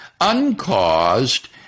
uncaused